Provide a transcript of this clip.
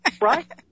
Right